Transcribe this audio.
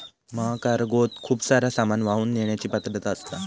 महाकार्गोत खूप सारा सामान वाहून नेण्याची पात्रता असता